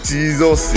Jesus